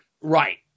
right